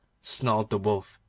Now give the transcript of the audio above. snarled the wolf,